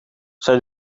zij